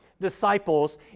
disciples